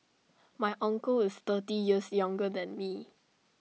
my uncle is thirty years younger than me